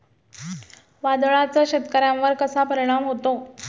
वादळाचा शेतकऱ्यांवर कसा परिणाम होतो?